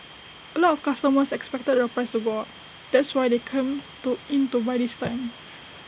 A lot of customers expected the price to go up that's why they come to in to buy this time